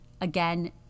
Again